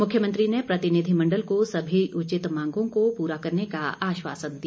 मुख्यमंत्री ने प्रतिनिधिमंडल को सभी उचित मांगों को पूरा करने का आश्वासन दिया